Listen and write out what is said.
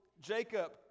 Jacob